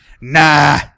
Nah